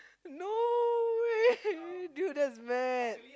no way dude that's mad